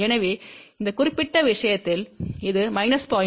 எனவே இந்த குறிப்பிட்ட விஷயத்தில் இது 0